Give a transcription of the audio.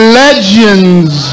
legends